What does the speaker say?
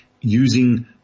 using